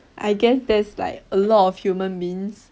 I guess that's like a lot of human beings